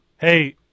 Hey